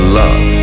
love